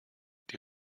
die